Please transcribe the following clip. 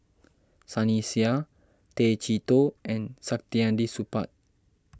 Sunny Sia Tay Chee Toh and Saktiandi Supaat